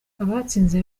abatsinze